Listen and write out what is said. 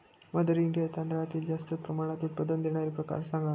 mother India तांदळातील जास्त प्रमाणात उत्पादन देणारे प्रकार सांगा